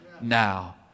now